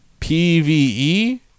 PVE